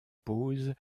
pose